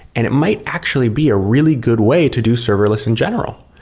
and it might actually be a really good way to do serverless in general,